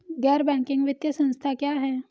गैर बैंकिंग वित्तीय संस्था क्या है?